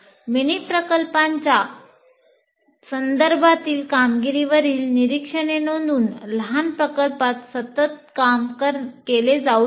mini प्रकल्पांच्या संदर्भातील कामगिरीवरील निरीक्षणे नोंदवून लहान प्रकल्पात सतत काम केले जाऊ शकते